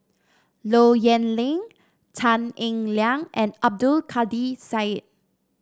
Low Yen Ling Tan Eng Liang and Abdul Kadir Syed